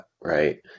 right